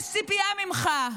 יש ציפייה ממך.